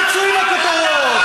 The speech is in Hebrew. על מה אתה מדבר?